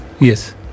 yes